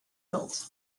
built